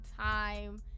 time